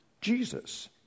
Jesus